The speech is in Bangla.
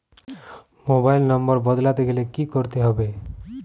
মোবাইল নম্বর বদলাতে গেলে কি করতে হবে?